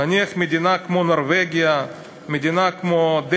נניח מדינה כמו נורבגיה,